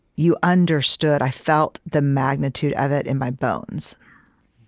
you understood. i felt the magnitude of it in my bones